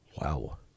Wow